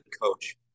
coach